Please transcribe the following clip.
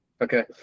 Okay